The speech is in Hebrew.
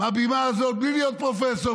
מהבמה הזאת בלי להיות פרופסור,